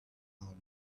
have